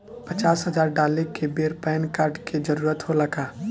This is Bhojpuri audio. पचास हजार डाले के बेर पैन कार्ड के जरूरत होला का?